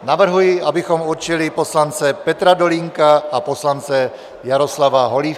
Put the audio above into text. Navrhuji, abychom určili poslance Petra Dolínka a poslance Jaroslava Holíka.